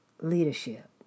Leadership